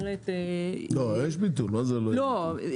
לא, יש ביטול, מה זאת אומרת?